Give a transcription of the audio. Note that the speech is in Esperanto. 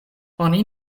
oni